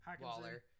Waller